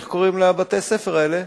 איך קוראים לבתי-הספר האלה?